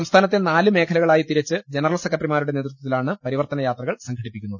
സംസ്ഥാനത്തെ നാല് മേഖലകളായി തിരിച്ച് ജനറൽ സെക്രട്ടറിമാരുടെ നേതൃത്വത്തിലാണ് പരിവർത്തന യാത്രകൾ സംഘടിപ്പിക്കുന്നത്